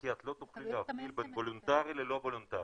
כי את לא תוכלי להבדיל בין וולונטרי ללא וולונטרי.